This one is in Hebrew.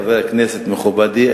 חבר הכנסת מכובדי,